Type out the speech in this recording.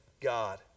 God